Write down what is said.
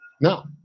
no